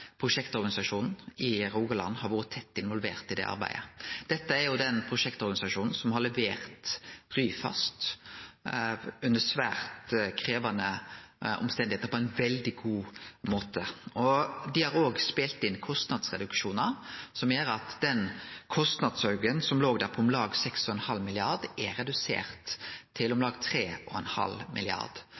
prosjektorganisasjonen i Rogaland har vore tett involvert i det arbeidet. Dette er den prosjektorganisasjonen som har levert Ryfast under svært krevjande omstende på ein veldig god måte. Dei har spelt inn kostnadsreduksjonar som gjer at den kostnadsauken som låg der, på om lag 6,5 mrd. kr, er redusert til om lag